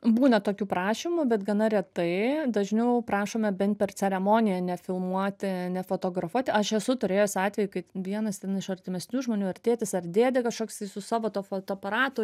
būna tokių prašymų bet gana retai dažniau prašome bent per ceremoniją nefilmuoti nefotografuoti aš esu turėjus atvejį kai vienas ten iš artimesnių žmonių ar tėtis ar dėdė kažkoksai su savo tuo fotoaparatu